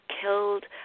killed